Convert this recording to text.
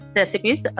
recipes